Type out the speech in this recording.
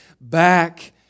back